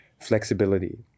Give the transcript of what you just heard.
flexibility